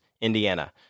Indiana